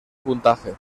puntaje